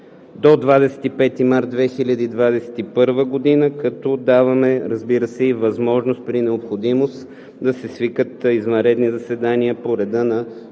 до 25 март 2021 г., като даваме, разбира се, и възможност при необходимост да се свикат извънредни заседания по реда на